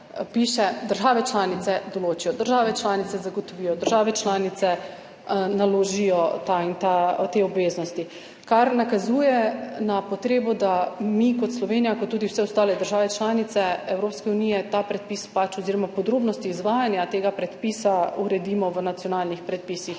»države članice določijo«, »države članice zagotovijo«, »države članice naložijo« te in te obveznosti, kar nakazuje na potrebo, da mi kot Slovenija, kot tudi vse ostale države članice Evropske unije, podrobnosti izvajanja tega predpisa uredimo v nacionalnih predpisih.